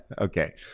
okay